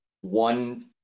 One –